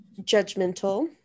judgmental